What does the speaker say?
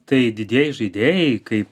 tai didieji žaidėjai kaip kaip